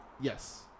Yes